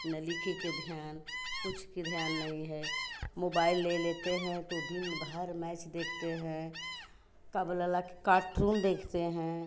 ना लिखने का ध्यान कुछ का ध्यान नहीं है मोबाइल ले लेते हैं तो दिन भर मैच देखते हैं का बोला ला कि कार्टून देखते हैं